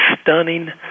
stunning